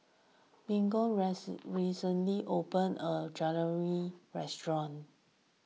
Mignon recently open a Dangojiru restaurant